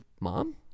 Mom